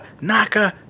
Naka